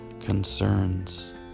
concerns